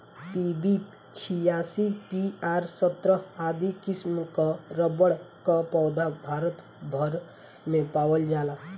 PB छियासी, PR सत्रह आदि किसिम कअ रबड़ कअ पौधा भारत भर में पावल जाला